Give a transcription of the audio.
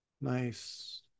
nice